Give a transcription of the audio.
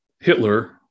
Hitler